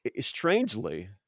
strangely